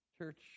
Church